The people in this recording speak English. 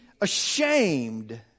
ashamed